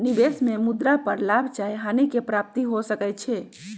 निवेश में मुद्रा पर लाभ चाहे हानि के प्राप्ति हो सकइ छै